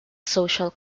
social